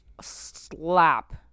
slap